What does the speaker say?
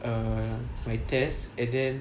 err my test and then